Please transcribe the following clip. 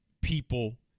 people